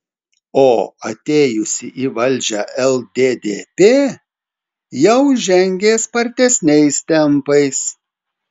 o atėjusi į valdžią lddp jau žengė spartesniais tempais